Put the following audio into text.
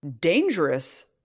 dangerous